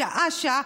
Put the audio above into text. שעה-שעה,